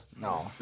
No